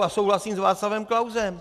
A souhlasím s Václavem Klausem.